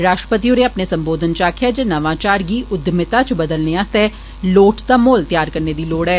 राष्ट्रपति होरें अपने सम्बोधन च आक्खेआ जे नवाचार गी अद्यमियता च बदलने आस्तै लोड़चदा माहौल त्याकर करने दी लोड़ ऐ